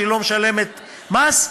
שהיא לא משלמת מס,